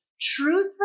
Truth